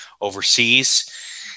overseas